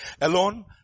alone